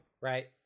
right